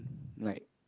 like